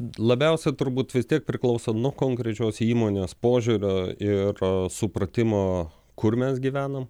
labiausia turbūt vis tiek priklauso nuo konkrečios įmonės požiūrio ir supratimo kur mes gyvenam